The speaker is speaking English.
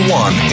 one